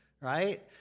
Right